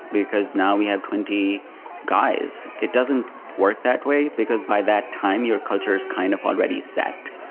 because now we have twenty guys. it doesn't work that way, because by that time your culture is kind of already set.